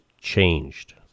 changed